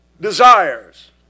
desires